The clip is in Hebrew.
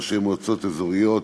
ראשי מועצות אזוריות,